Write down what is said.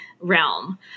realm